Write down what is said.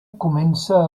comença